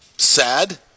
sad